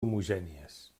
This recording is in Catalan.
homogènies